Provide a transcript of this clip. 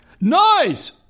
Nice